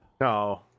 No